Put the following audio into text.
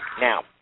Now